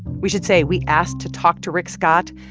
we should say we asked to talk to rick scott,